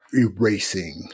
erasing